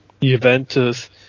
Juventus